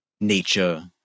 nature